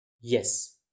Yes